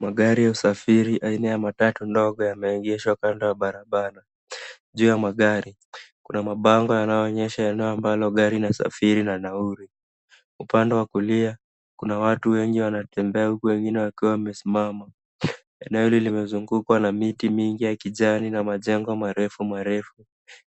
Magari ya usafiri aina ya matatu ndogo yameegeshwa kando ya barabara. Juu ya magari kuna mabango yanyoonyesha eneo ambalo gari inasafiri na nauli. Upande wa kulia kuna watu wengi wanatembea huku wengine wakiwa wamesimama. Eneo hili limezungukwa na miti mingi ya kijani na majengo marefu marefu